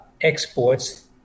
exports